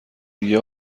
دیگه